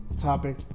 topic